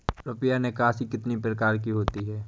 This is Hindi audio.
रुपया निकासी कितनी प्रकार की होती है?